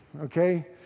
Okay